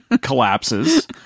collapses